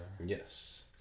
Yes